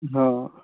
ହଁ